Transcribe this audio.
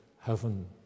heaven